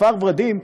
כפר ורדים,